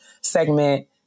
segment